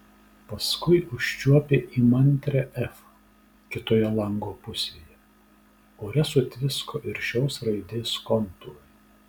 paskui užčiuopė įmantrią f kitoje lango pusėje ore sutvisko ir šios raidės kontūrai